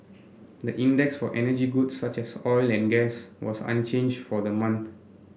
the index for energy goods such as oil and gas was unchanged for the month